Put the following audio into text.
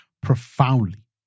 profoundly